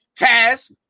Taz